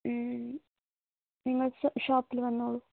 നിങ്ങൾ ഷോപ്പില് വന്നോളൂ